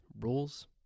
Rules